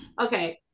okay